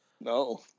No